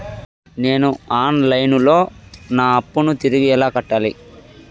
నేను online లో నా అప్పును తిరిగి ఎలా కట్టాలి?